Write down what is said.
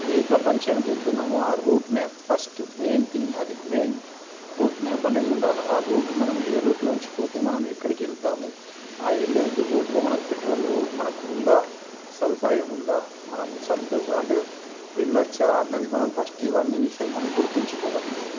ఏ ప్రపంచానికి వెళుతున్నామో ఆ route map first main thing అది మెయిన్ రూట్ మ్యాప్ అనేది ఉండాలి ఆ రూట్ మనం ఏ రూట్లో ఉంచిపోతే మనం ఎక్కడికి వెళతాము ఆ వెళ్ళే రూట్లో మనకి పెట్రోల్ మనకు ఉందా సదుపాయం ఉందా మనం సంతోషం అంటే వెళ్ళవచ్చా అన్నది మనం ఫస్ట్ ఇవన్నీ విషయాలు మనం గుర్తుంచుకోవాలి అన్నట్టు